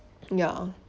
ya